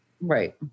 Right